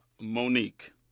Monique